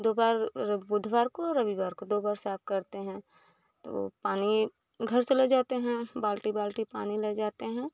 दो बार और बुधवार को और रविवार को दो बार साफ करते हैं तो पानी घर से ले जाते हैं बाल्टी बाल्टी पानी ले जाते हैं